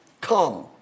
come